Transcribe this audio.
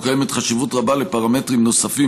יש חשיבות רבה לפרמטרים נוספים,